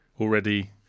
already